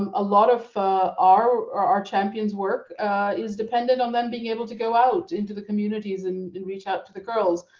um a lot of our our champions' work is dependent on them being able to go out into the communities and and reach out to the girls.